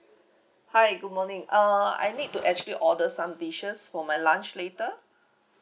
hi good morning uh I need to actually order some dishes for my lunch later